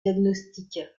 diagnostic